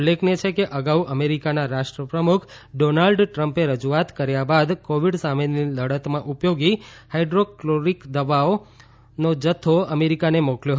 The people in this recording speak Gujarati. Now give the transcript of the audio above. ઉલ્લેખનીય છે કે અગાઉ અમેરીકાના રાષ્ટ્રપ્રમુખ ડોનાલ્ડ ટ્રમ્પે રજુઆત કર્યા બાદ કોવિડ સામેની લડતમાં ઉપયોગી હાઇડ્રોકસીકલોરોકવીન દવાઓ જથ્થો અમેરીકાને મોકલ્યો હતો